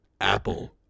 Apple